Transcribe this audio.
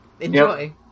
Enjoy